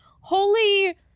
Holy